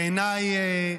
בעיניי,